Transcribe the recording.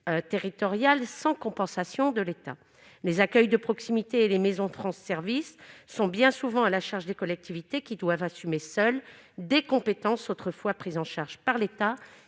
territoriales, sans compensation de l'État, les accueils de proximité, les France services sont bien souvent à la charge des collectivités qui doivent assumer seul des compétences autrefois prises en charge par l'État